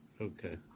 Okay